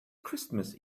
christmas